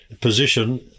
position